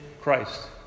Christ